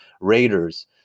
Raiders